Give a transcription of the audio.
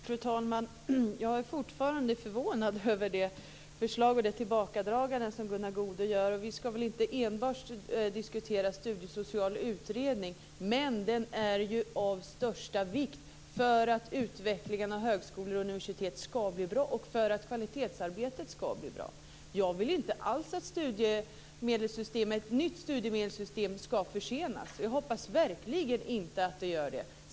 Fru talman! Jag är fortfarande förvånad över det tillbakadragande som Gunnar Goude gör av Miljöpartiets förslag. Vi skall väl inte enbart diskutera en studiesocial utredning, men den är ju av största vikt för att utvecklingen av högskolor och universitet skall bli bra och för att kvalitetsarbetet skall bli bra. Jag vill inte alls att ett nytt studiemedelssystem skall försenas, och jag hoppas verkligen att det inte gör det.